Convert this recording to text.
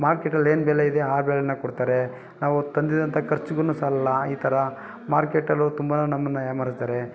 ಮಾರ್ಕೆಟಲ್ಲಿ ಏನು ಬೆಲೆ ಇದೆ ಆ ಬೆಲೆನೆ ಕೊಡ್ತಾರೆ ನಾವು ತಂದಿದಂಥ ಖರ್ಚುಗು ಸಾಲಲ್ಲ ಈ ಥರ ಮಾರ್ಕೆಟಲ್ಲೂ ತುಂಬ ನಮ್ಮನ್ನು ಯಾಮಾರ್ಸ್ತಾರೆ